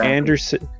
Anderson